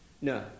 No